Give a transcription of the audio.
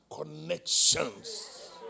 connections